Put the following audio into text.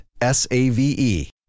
S-A-V-E